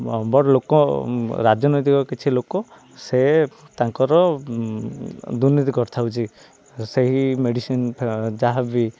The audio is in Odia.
ବଡ଼ ଲୋକ ରାଜନୈତିକ କିଛି ଲୋକ ସେ ତାଙ୍କର ଦୁର୍ନୀତି କରିଥାଉଛି ସେହି ମେଡ଼ିସିନ୍ ଯାହାବି